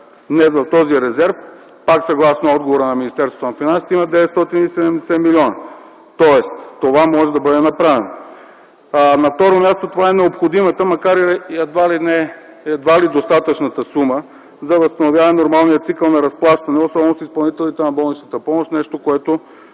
Днес в този резерв, пак съгласно отговора на Министерството на финансите, има 970 млн. лв., тоест това може да бъде направено. На второ място, това е необходимата макар и едва ли достатъчната сума за възстановяване на нормалния цикъл на разплащане особено с изпълнителите на болнична помощ – нещо, което